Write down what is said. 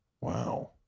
Wow